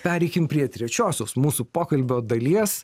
pereikim prie trečiosios mūsų pokalbio dalies